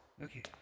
Okay